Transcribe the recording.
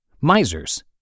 Misers